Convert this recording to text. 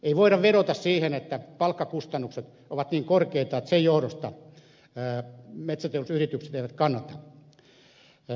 ei voida vedota siihen että palkkakustannukset ovat niin korkeita että sen johdosta metsäteollisuusyritykset eivät kannata